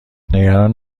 نگران